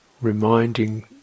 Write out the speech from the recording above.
reminding